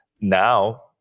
now